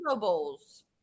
bowls